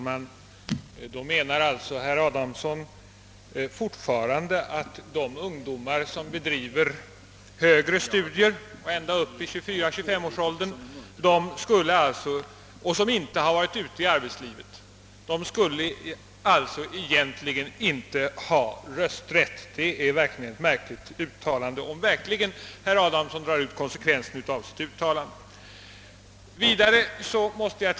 Herr talman! Herr Adamsson menar alltså fortfarande att de ungdomar, som bedriver högre studier ända upp i 24— 25-årsåldern och som inte varit ute i arbetslivet, egentligen inte skulle ha rösträtt. Om herr Adamsson drar ut konsekvensen av sitt uttalande, blir detta märkligt.